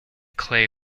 clay